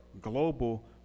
global